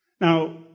Now